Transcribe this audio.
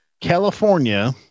California